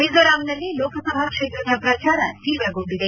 ಮಿಜೋರಾಂನಲ್ಲಿ ಲೋಕಸಭಾ ಕ್ಷೇತ್ರದ ಪ್ರಚಾರ ತೀವ್ರಗೊಂಡಿದೆ